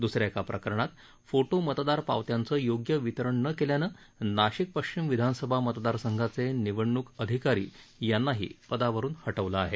दुसऱ्या एका प्रकरणात फोटो मतदार पावत्यांचं योग्य वितरण न केल्यानं नाशिक पश्चिम विधानसभा मतदार संघाचे निवडणूक अधिकारी यांनाही पदावरुन हटवलं आहे